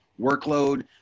workload